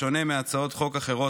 בשונה מהצעות חוק אחרות,